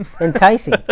enticing